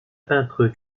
peintre